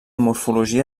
morfologia